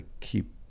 keep